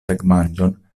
tagmanĝon